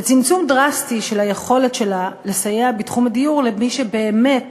וצמצום דרסטי של היכולת שלה לסייע בתחום הדיור למי שבאמת